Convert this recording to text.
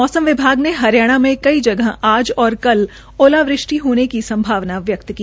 मौसम विभाग ने हरियाणा में कई जगह आज और कल ओलावृष्टि की संभावना व्यक्त की